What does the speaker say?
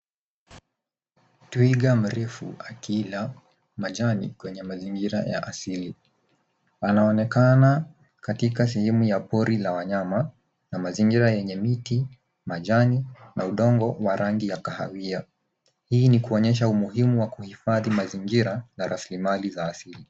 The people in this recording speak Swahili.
Twiga mrefu akila majani kwenye mazingira ya asili. Anaonekana katika sehemu ya pori la wanyama na mazingira yenye miti, majani na udongo wa rangi ya kahawia. Hii ni kuonyesha umuhimu wa kuhifadhi mazingira na rasilimali za asili.